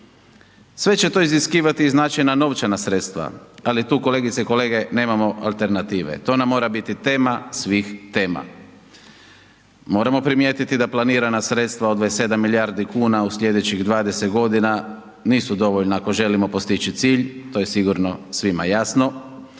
Sve će to iziskivati i značajna novčana sredstva, ali tu kolegice i kolege, nemamo alternative. To nam mora biti tema svih tema. Moramo primijetiti da planirana sredstva od 27 milijardi kuna u sljedećih 20 godina nisu dovoljna ako želimo postići cilj, to je sigurno svima jasno.